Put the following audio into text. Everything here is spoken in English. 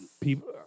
people